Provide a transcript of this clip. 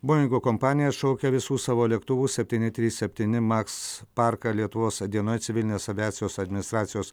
boingo kompanija atšaukia visų savo lėktuvų septyni trys septyni maks parką lietuvos diena civilinės aviacijos administracijos